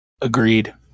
Agreed